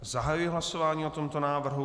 Zahajuji hlasování o tomto návrhu.